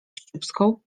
wściubską